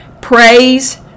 praise